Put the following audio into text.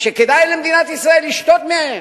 שכדאי למדינת ישראל לשתות מהם,